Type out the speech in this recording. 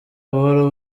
buhoro